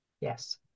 Yes